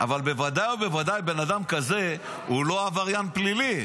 אבל בוודאי ובוודאי בן אדם כזה הוא לא עבריין פלילי,